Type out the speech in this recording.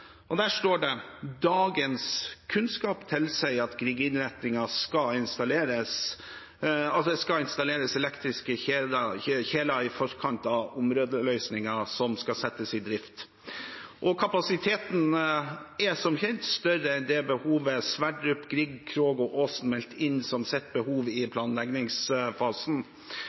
Der står det at dagens kunnskap tilsier at når det gjelder Grieg, skal det installeres elektriske kjeler i forkant av at områdeløsningen settes i drift. Kapasiteten er som kjent større enn det behovet Sverdrup, Grieg, Krog og Aasen meldte inn som sitt behov i planleggingsfasen.